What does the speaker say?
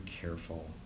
careful